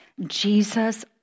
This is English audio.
Jesus